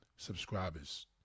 Subscribers